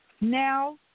Now